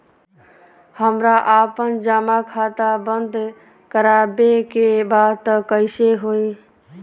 हमरा आपन जमा खाता बंद करवावे के बा त कैसे होई?